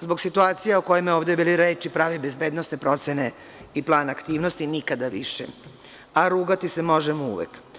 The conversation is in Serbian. zbog situacije o kojima je ovde bilo reči prave bezbednosne procene i plan aktivnosti nikada više, a rugati se možemo uvek.